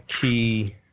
Key